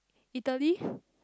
Italy